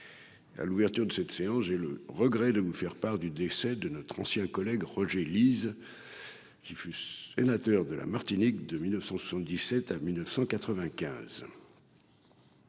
À l'ouverture de cette séance, j'ai le regret de vous faire part du décès de notre ancien collègue Roger Lise. Qui fut sénateur de la Martinique de 1977 à 1995.